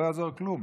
לא יעזור כלום.